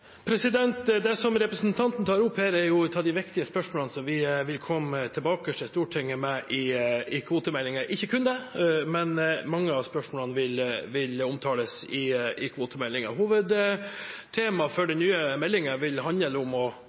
Det som representanten tar opp her, er et av de viktige spørsmålene vi kommer tilbake til Stortinget med i forbindelse med kvotemeldingen – ikke kun der, men mange av spørsmålene vil omtales i kvotemeldingen. Hovedtemaet for den nye meldingen vil handle om å